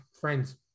friends